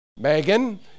megan